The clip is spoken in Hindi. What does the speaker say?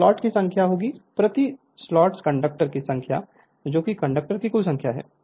तो स्लॉट की संख्या प्रति स्लॉट कंडक्टर की संख्या जो कंडक्टर की कुल संख्या है